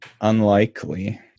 unlikely